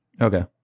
Okay